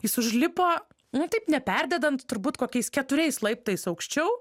jis užlipo nu taip neperdedant turbūt kokiais keturiais laiptais aukščiau